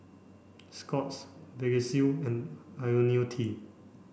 Scott's Vagisil and Ionil T